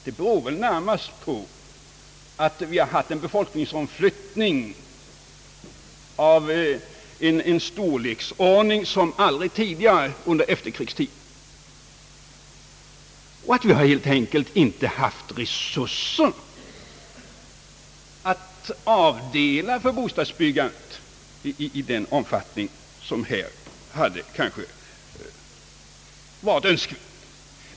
Det beror väl närmast på att vi har haft en befolkningsomflyttning mer omfattande än någonsin förut under efterkrigstiden och att vi helt enkelt inte kunnat avdela resurser för bostadsbyggandet i den omfattning som hade varit önskvärd.